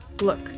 Look